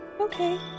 Okay